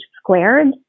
Squared